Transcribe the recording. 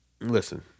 Listen